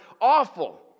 awful